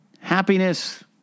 Happiness